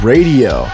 Radio